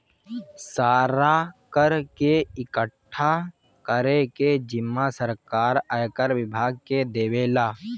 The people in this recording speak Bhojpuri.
सारा कर के इकठ्ठा करे के जिम्मा सरकार आयकर विभाग के देवेला